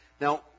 Now